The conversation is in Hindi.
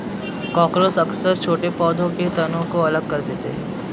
कॉकरोच अक्सर छोटे पौधों के तनों को अलग कर देते हैं